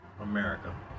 America